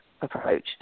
approach